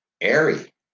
airy